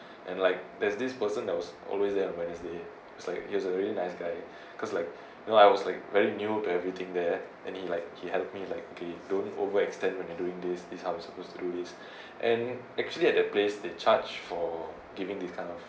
and like there's this person that was always there on wednesday was like he's a really nice guy because like you know I was like very new to everything there and he like he help me like okay don't over extend when you're doing this this how you supposed to do this and actually at that place they charge for giving this kind of